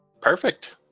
Perfect